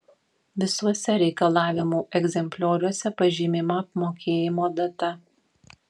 visuose reikalavimų egzemplioriuose pažymima apmokėjimo data